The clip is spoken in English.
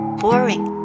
boring